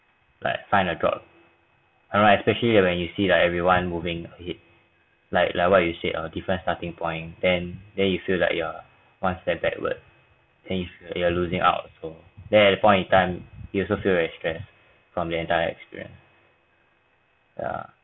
like find a job alright especially when you see like everyone moving it like like what you said or different starting point then then you feel like you're one step backward and if you are losing out also that at the point in time you also feel very stress from the entire experience yeah